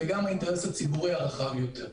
וגם האינטרס הציבורי הרחב יותר.